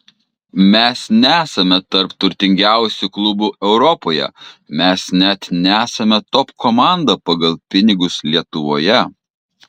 mes nesame tarp turtingiausių klubų europoje mes net nesame top komanda pagal pinigus lietuvoje